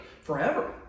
forever